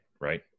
Right